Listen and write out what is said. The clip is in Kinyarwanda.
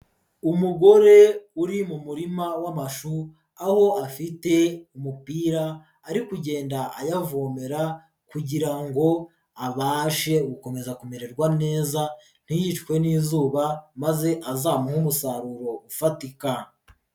Umugore uri mu murima w'amashu aho afite umupira ari kugenda ayavomera kugira ngo abashe gukomeza kumererwa neza ntiyicwe n'izuba, maze azamuhe umusaruro ufatika.